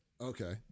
Okay